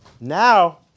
Now